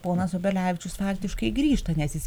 ponas obelevičius faktiškai grįžta nes jis